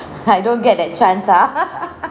I don't get that chance ah